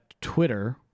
Twitter